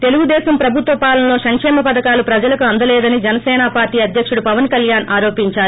తెలుగుదేశం ప్రభుత్వ పాలనలో సంక్షేమ పథకాలు ప్రజలకు ఆందలేదని జనసేన పార్షీ అధ్యకుడు పవన్కల్యాణ్ ఆరోపించారు